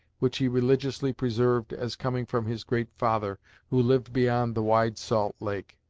which he religiously preserved as coming from his great father who lived beyond the wide salt lake.